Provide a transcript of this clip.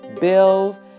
bills